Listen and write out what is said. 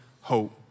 hope